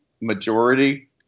majority